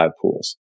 pools